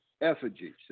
effigies